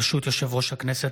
ברשות יושב-ראש הכנסת,